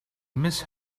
miss